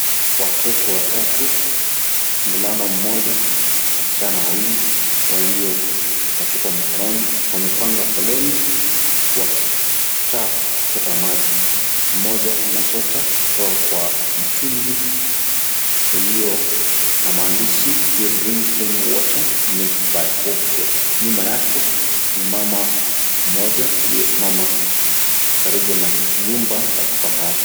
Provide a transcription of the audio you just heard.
Watoto watatu, mvulana mmoja, wasichana mawili, waliyo na chupa mkononi, wamepanga foleni wakitaka kuchota maji. Mmoja anachota kutoka kwa mtungi ulio na maandishi, (cs)we drink clean water, donated by HopeCare(cs). Nyuma yake ni mama mmoja aliyesimama karibu na jumba la kifahari.